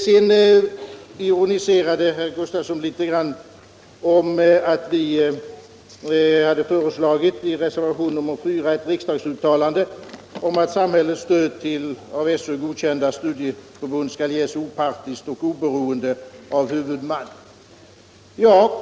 Herr Gustafsson i Barkarby ironiserade litet över att vi i reservationen 4 hade föreslagit ett riksdagens uttalande om att ”samhällets stöd till av SÖ godkända studieförbund skall ges opartiskt och oberoende av huvudman”.